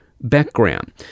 background